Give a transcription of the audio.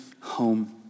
home